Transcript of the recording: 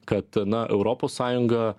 kad na europos sąjunga